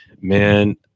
man